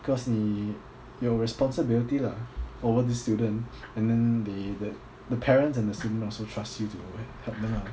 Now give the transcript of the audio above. because 你有 responsibility lah over the student and then the the the parents and the student also trust you to help them ah